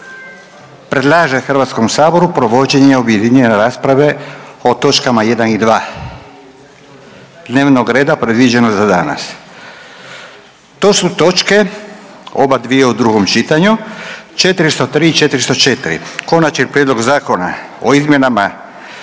predlaže HS-u provođenje objedinjene rasprave o točkama 1 i 2 dnevnog reda predviđenog za danas. To su točke, ova dvije u drugom čitanju, 403, 404: - Konačni prijedlog zakona o izmjenama